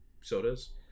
sodas